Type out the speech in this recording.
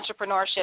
entrepreneurship